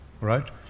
right